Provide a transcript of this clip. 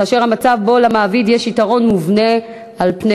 כאשר המצב שבו למעביד יש יתרון מובנה על פני